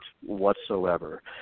whatsoever